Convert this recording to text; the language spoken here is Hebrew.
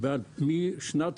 משנת